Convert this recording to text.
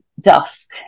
dusk